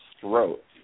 throat